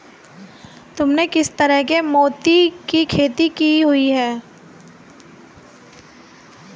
तुमने किस तरह के मोती की खेती की हुई है?